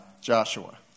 Joshua